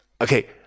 Okay